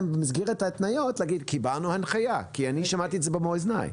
במסגרת ההתניות להגיד שקיבלתם הנחיה כי אני שמעתי את זה במו אוזניי.